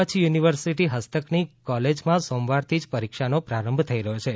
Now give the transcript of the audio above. Kutch university હસ્તકની કોલેજમાં સોમવારથી જ પરીક્ષાનો પ્રારંભ થઈ રહ્યો છે